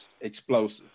explosive